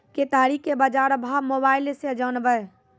केताड़ी के बाजार भाव मोबाइल से जानवे?